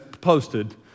posted